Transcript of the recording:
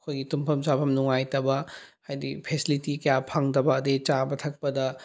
ꯑꯩꯈꯣꯏꯒꯤ ꯇꯨꯝꯐꯝ ꯆꯥꯐꯝ ꯅꯨꯡꯉꯥꯏꯇꯕ ꯍꯥꯏꯗꯤ ꯐꯦꯁꯤꯂꯤꯇꯤ ꯀꯌꯥ ꯐꯪꯗꯕ ꯑꯗꯒꯤ ꯆꯥꯕ ꯊꯛꯄꯗ